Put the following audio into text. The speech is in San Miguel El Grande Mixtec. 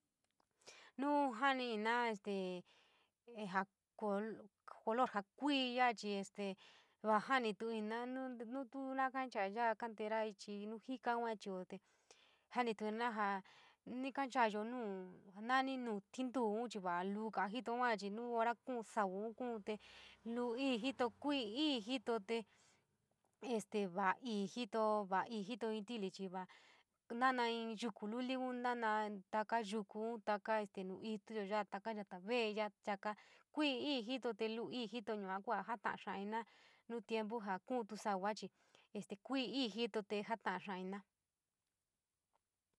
Nuu jaani iino este jaa color jaa kuii yaa chii este vaa kantoers ichii nuu jikaun yua achioo te, janitu iinaajaa ni kanchaayo nuu jaa nani nuu tintuu’ún chii va luu kaa jito yua chii nuu hora kúún sauun kuun tee, luu íí jito, kuiii jito te este va’aii jitoo, vaaii jitoii inn ti’ili, chii vaa nana inn yuku luliun nanaa taka yukuun, takaa nu ituyo ya’a, taka yata ve’e ya’a taka, kuiíí jitoo, tee luuíí jito te yua kuua jaa ta’a xáá iinaa nuu tiempu ja kuunty sauachii este kuiíí jito te jaa ta’a xaa iinaa.